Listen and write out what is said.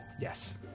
Yes